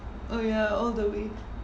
oh ya all the way